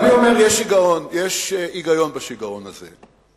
אני אומר שיש היגיון בשיגעון הזה.